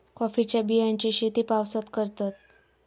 कॉफीच्या बियांची शेती पावसात करतत